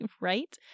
Right